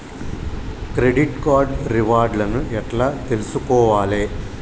Credit card reward లను ఎట్ల తెలుసుకోవాలే?